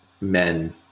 men